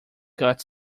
cut